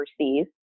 overseas